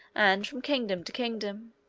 and from kingdom to kingdom.